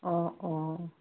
অঁ অঁ